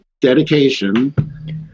dedication